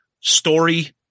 story